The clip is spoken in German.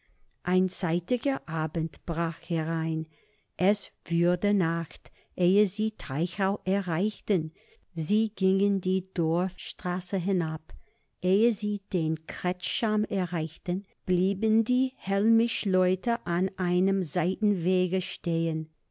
ein zeitiger abend brach herein es wurde nacht ehe sie teichau erreichten sie gingen die dorfstraße hinab ehe sie den kretscham erreichten blieben die hellmichleute an einem seitenwege stehen